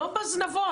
לא בזנבות.